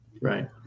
Right